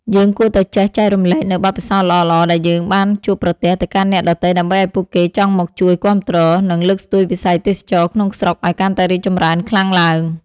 យើងគួរតែចេះចែករំលែកនូវបទពិសោធន៍ល្អៗដែលយើងបានជួបប្រទះទៅកាន់អ្នកដទៃដើម្បីឱ្យពួកគេចង់មកជួយគាំទ្រ និង លើកស្ទួយវិស័យទេសចរណ៍ក្នុងស្រុកឱ្យកាន់តែរីកចម្រើនខ្លាំងឡើង។